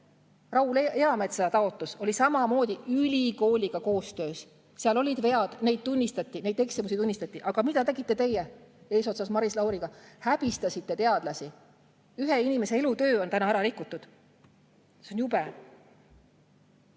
Raul Eametsa taotlus oli samamoodi ülikooliga koostöös. Seal olid vead, neid tunnistati, neid eksimusi tunnistati. Aga mida tegite teie eesotsas Maris Lauriga? Häbistasite teadlasi! Ühe inimese elutöö on ära rikutud. See on jube. Ja